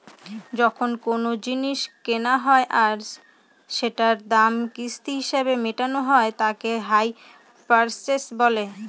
যখন কোনো জিনিস কেনা হয় আর সেটার দাম কিস্তি হিসেবে মেটানো হয় তাকে হাই পারচেস বলে